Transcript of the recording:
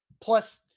plus